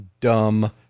dumb